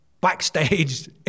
backstage